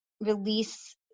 release